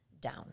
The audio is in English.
down